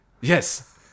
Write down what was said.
Yes